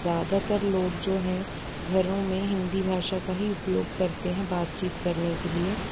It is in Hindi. ज़्यादातर लोग जो हैं घरों में हिंदी भाषा का ही उपयोग करते हैं बातचीत करने के लिए